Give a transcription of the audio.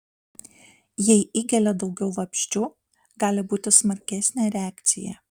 jei įgelia daugiau vabzdžių gali būti smarkesnė reakcija